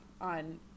on